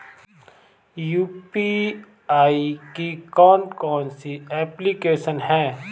UPI की कौन कौन सी एप्लिकेशन हैं?